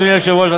אדוני היושב-ראש,